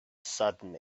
sudden